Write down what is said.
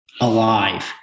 alive